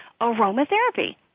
aromatherapy